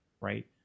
right